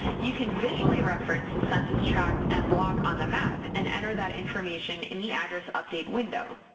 you can visually reference the census tract and block on the map and enter that information in the address update window.